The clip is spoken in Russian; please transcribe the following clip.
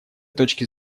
точки